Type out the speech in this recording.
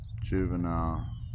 juvenile